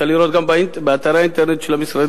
אפשר גם לראות באתרי האינטרנט של המשרדים.